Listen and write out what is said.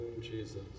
Jesus